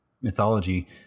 mythology